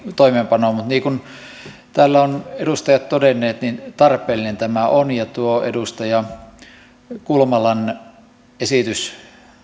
toimeenpanoon mutta niin kuin täällä ovat edustajat todenneet tarpeellinen tämä on tuo edustaja kulmalan esitys